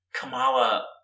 Kamala